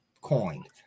coined